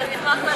אני אשמח לדעת.